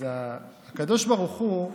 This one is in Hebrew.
אז הקדוש ברוך הוא,